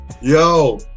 yo